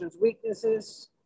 weaknesses